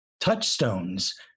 touchstones